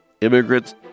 Immigrants